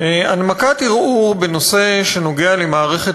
הנמקת ערעור בנושא שנוגע למערכת